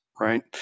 right